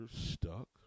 stuck